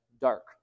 dark